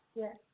yes